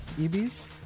EBs